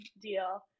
deal